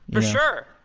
for sure.